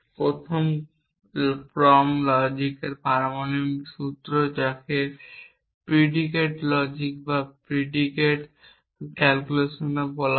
প্রথম ক্রম লজিকের পারমাণবিক সূত্র যাকে প্রিডিকেট লজিক বা প্রিডিকেট ক্যালকুলাসও বলা হয়